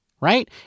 Right